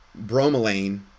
bromelain